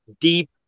deep